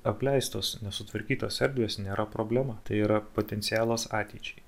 apleistos nesutvarkytos erdvės nėra problema tai yra potencialas ateičiai